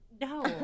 No